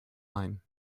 line